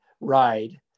ride